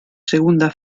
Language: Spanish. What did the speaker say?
segunda